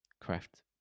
craft